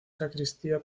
sacristía